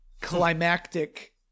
climactic